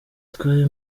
twari